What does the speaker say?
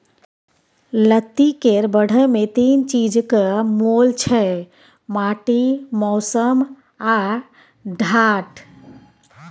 लत्ती केर बढ़य मे तीन चीजक मोल छै माटि, मौसम आ ढाठ